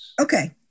Okay